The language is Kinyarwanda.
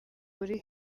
buri